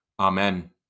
Amen